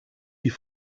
die